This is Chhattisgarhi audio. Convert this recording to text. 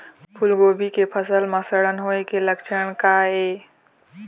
फूलगोभी के फसल म सड़न होय के लक्षण का ये?